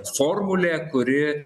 formulė kuri